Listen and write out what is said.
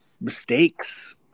mistakes